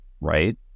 right